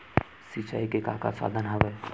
सिंचाई के का का साधन हवय?